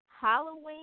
Halloween